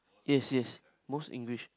yes yes most English